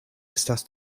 estas